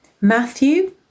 Matthew